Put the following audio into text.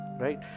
right